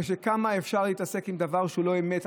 כמה אפשר להתעסק עם דבר שהוא לא אמת,